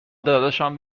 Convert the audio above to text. داداشم